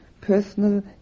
personal